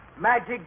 magic